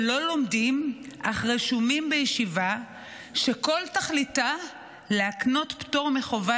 שלא לומדים אך רשומים בישיבה שכל תכליתה להקנות פטור מחובה